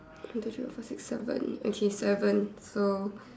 one two three four five six seven okay seven so